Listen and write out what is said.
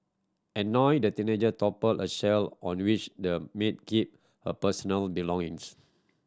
annoyed the teenager toppled a shelf on which the maid kept her personal belongings